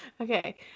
Okay